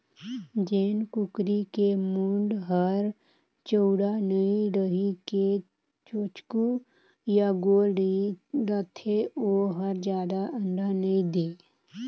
जेन कुकरी के मूढ़ हर चउड़ा नइ रहि के चोचकू य गोल रथे ओ हर जादा अंडा नइ दे